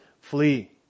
flee